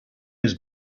his